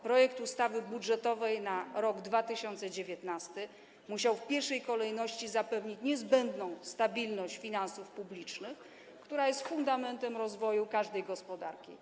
Projekt ustawy budżetowej na rok 2019 musiał w pierwszej kolejności zapewnić niezbędną stabilność finansów publicznych, która jest fundamentem rozwoju każdej gospodarki.